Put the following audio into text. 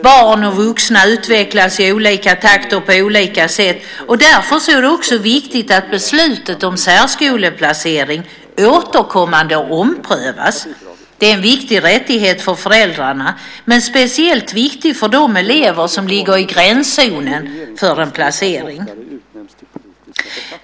Barn och vuxna utvecklas i olika takt och på olika sätt, och därför är det också viktigt att beslutet om särskoleplacering återkommande omprövas. Det är en viktig rättighet för föräldrarna, men speciellt viktigt för de elever som ligger i gränszonen för en placering.